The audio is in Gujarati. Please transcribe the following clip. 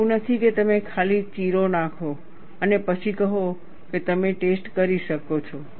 એવું નથી કે તમે ખાલી ચીરો નાખો અને પછી કહો કે તમે ટેસ્ટ કરી શકો છો